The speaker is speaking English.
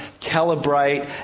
calibrate